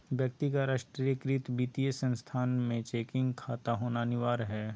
व्यक्ति का राष्ट्रीयकृत वित्तीय संस्थान में चेकिंग खाता होना अनिवार्य हइ